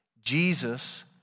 Jesus